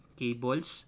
cables